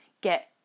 get